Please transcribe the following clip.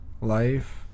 life